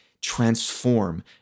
transform